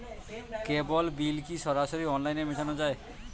কেবল bill কি সরাসরি অনলাইনে মেটানো য়ায়?